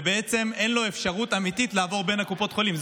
ובעצם אין לו אפשרות אמיתית לעבור בין קופות החולים.